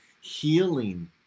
healing